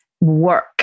work